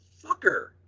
Fucker